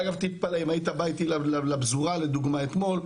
אם היית בא אתי לפזורה אתמול,